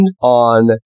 on